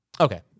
Okay